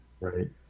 right